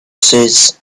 says